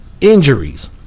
injuries